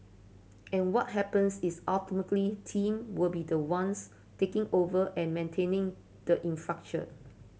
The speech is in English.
and what happens is ultimately team will be the ones taking over and maintaining the infrastructure